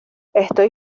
estoy